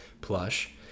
Plush